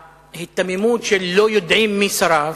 ההיתממות של "לא יודעים מי שרף"